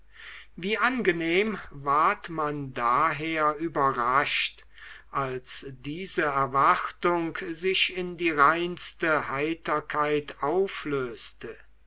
wie angenehm ward man daher überrascht als diese erwartung sich in die reinste heiterkeit auflöste